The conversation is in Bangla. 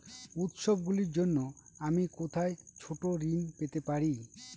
উত্সবগুলির জন্য আমি কোথায় ছোট ঋণ পেতে পারি?